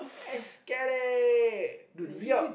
esketit yo